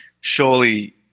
surely